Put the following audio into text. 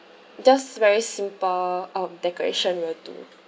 just very simple um decoration will do